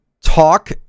talk